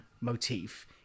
motif